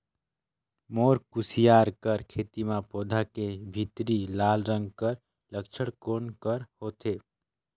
मोर कुसियार कर खेती म पौधा के भीतरी लाल रंग कर लक्षण कौन कर होथे?